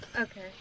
Okay